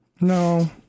No